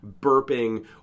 burping